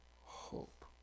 hope